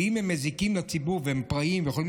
ואם הם מזיקים לציבור והם פראיים ויכולים